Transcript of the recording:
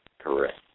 correct